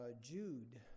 Jude